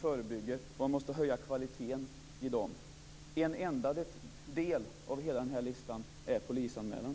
Kvaliteten i dessa arbetsplaner måste höjas. Polisanmälan utgör endast en del i den långa listan.